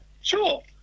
sure